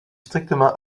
strictement